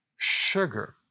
sugar